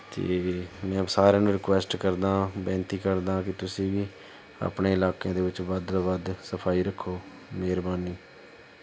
ਅਤੇ ਮੈਂ ਆਪ ਸਾਰਿਆਂ ਨੂੰ ਰਿਕੁਐਸਟ ਕਰਦਾ ਬੇਨਤੀ ਕਰਦਾ ਕਿ ਤੁਸੀਂ ਵੀ ਆਪਣੇ ਇਲਾਕੇ ਦੇ ਵਿੱਚ ਵੱਧ ਤੋਂ ਵੱਧ ਸਫਾਈ ਰੱਖੋ ਮਿਹਰਬਾਨੀ